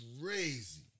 crazy